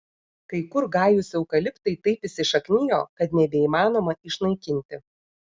kai kur gajūs eukaliptai taip įsišaknijo kad nebeįmanoma išnaikinti